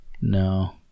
No